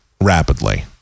rapidly